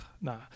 Nah